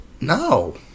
no